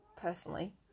personally